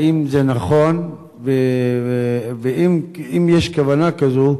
האם זה נכון, ואם יש כוונה כזו,